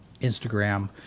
Instagram